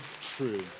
true